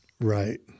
Right